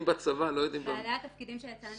על ידי הגורמים שראינו